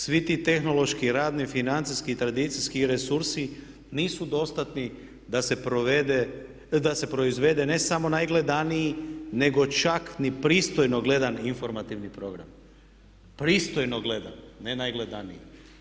Svi ti tehnološki radni, financijski i tradicijski resursi nisu dostatni da se proizvede ne samo najgledaniji nego čak ni pristojno gledan informativni program, pristojno gledan, ne najgledaniji.